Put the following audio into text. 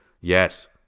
Yes